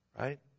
right